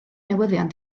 newyddion